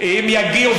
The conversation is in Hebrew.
הם יגיעו,